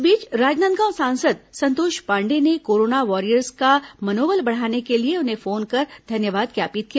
इस बीच राजनांदगांव सांसद संतोष पांडेय ने कोरोना वॉरियर्स का मनोबल बढ़ाने के लिए उन्हें फोन कर धन्यवाद ज्ञापित किया